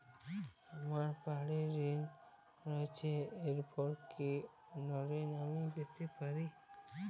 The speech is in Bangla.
আমার বাড়ীর ঋণ রয়েছে এরপর কি অন্য ঋণ আমি পেতে পারি?